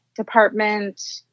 Department